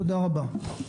תודה רבה.